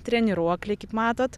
treniruokliai kaip matot